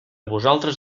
vosaltres